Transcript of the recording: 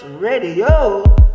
Radio